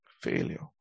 Failure